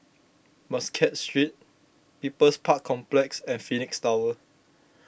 Muscat Street People's Park Complex and Phoenix Tower